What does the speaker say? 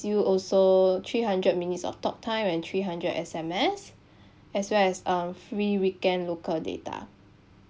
you also three hundred minutes of talk time and three hundred S_M_S as well as um free weekend local data